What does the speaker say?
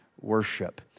worship